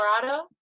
Colorado